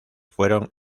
fueron